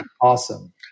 awesome